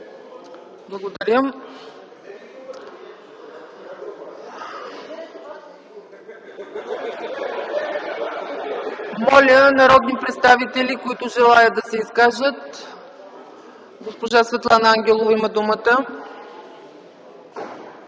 ЦАЧЕВА : Благодаря. Моля, народни представители, които желаят да се изкажат. Госпожа Светлана Ангелова има думата.